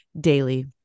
daily